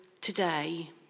today